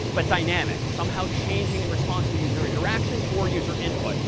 but dynamic, somehow changing in response to user interactions or user input.